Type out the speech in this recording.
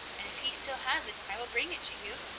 and if he still has it i will bring it to you,